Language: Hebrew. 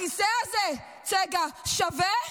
הכיסא הזה צגה, שווה?